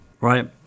Right